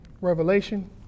revelation